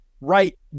right